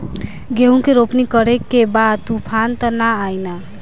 गेहूं के रोपनी करे के बा तूफान त ना आई न?